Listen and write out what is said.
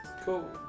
Cool